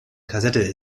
kassette